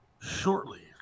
shortly